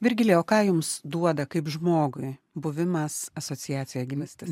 virgilijau o ką jums duoda kaip žmogui buvimas asociacijoj gyvastis